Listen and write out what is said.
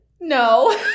no